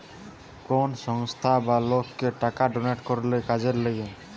কোন সংস্থা বা লোককে টাকা ডোনেট করলে কাজের লিগে